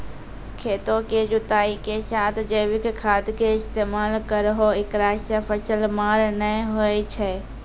खेतों के जुताई के साथ जैविक खाद के इस्तेमाल करहो ऐकरा से फसल मार नैय होय छै?